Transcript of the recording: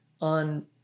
on